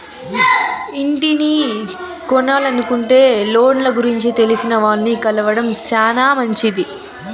ఇంటిని కొనలనుకుంటే లోన్ల గురించి తెలిసినాల్ని కలవడం శానా మంచిది